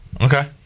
Okay